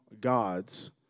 gods